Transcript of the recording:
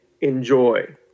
enjoy